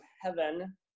heaven